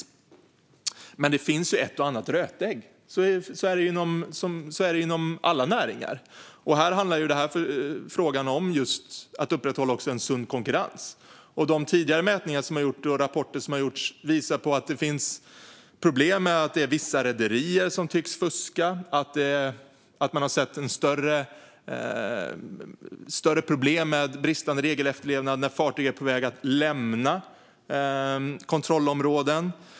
Men det finns ett och annat rötägg - så är det ju inom alla näringar. Här handlar det också om att upprätthålla en sund konkurrens. De tidigare mätningar och rapporter som har gjorts visar på att det finns problem med att vissa rederier tycks fuska, och man har sett större problem med bristande regelefterlevnad när fartyg är på väg att lämna kontrollområden.